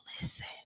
listen